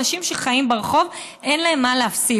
אנשים שחיים ברחוב, אין להם מה להפסיד.